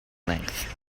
length